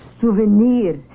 souvenir